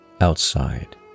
outside